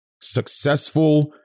successful